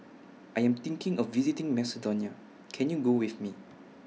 I Am thinking of visiting Macedonia Can YOU Go with Me